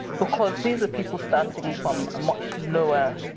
because these are people starting from a much lower